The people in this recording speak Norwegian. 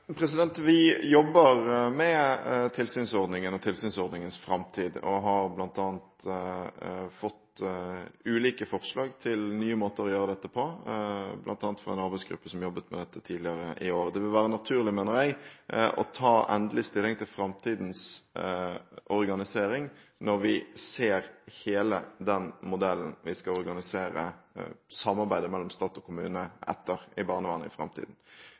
Vi jobber med tilsynsordningen og tilsynsordningens framtid og har bl.a. fått ulike forslag til nye måter å gjøre dette på, bl.a. fra en arbeidsgruppe som jobbet med dette tidligere i år. Det vil være naturlig, mener jeg, å ta endelig stilling til framtidens organisering når vi ser hele den modellen vi skal organisere etter – samarbeidet mellom stat og kommune – i barnevernet i framtiden.